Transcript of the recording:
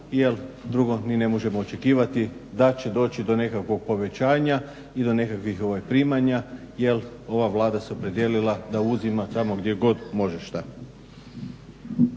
drugo ni ne možemo očekivati da će doći do nekakvog povećanja i do nekakvih primanja jer ova Vlada se opredijelila da uzima tamo gdje god može šta.